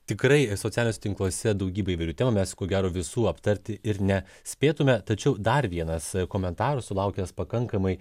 tikrai socialiniuose tinkluose daugybė įvairių temų mes ko gero visų aptarti ir ne spėtume tačiau dar vienas komentarų sulaukęs pakankamai